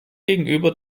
gegenüber